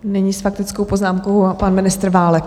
Nyní s faktickou poznámkou pan ministr Válek.